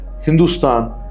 Hindustan